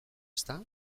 ezta